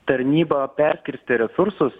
tarnyba perkirsti resursus